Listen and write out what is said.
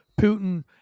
Putin